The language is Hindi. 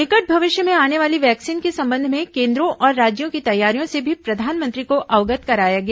निकट भविष्य में आने वाली वैक्सीन के संबंध में केन्द्रों और राज्यों की तैयारियों से भी प्रधानमंत्री को अवगत कराया गया